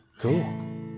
cool